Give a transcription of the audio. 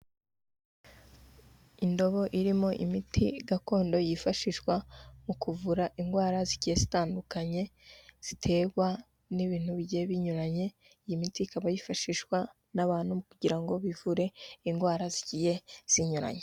Indobo irimo imiti gakondo yifashishwa mu kuvura indwara zigiye zitandukanye ziterwa n'ibintu bigiye binyuranye iyi miti ikaba yifashishwa n'abantu kugira ngo bivure indwara zigiye zinyuranye.